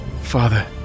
Father